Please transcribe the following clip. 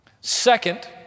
Second